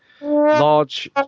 Large